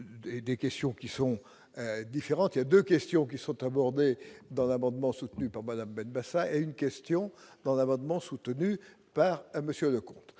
il y a 2 questions qui sont abordées dans l'amendement soutenu par Madame Ben Bassa et une question dans l'amendement soutenu par monsieur Leconte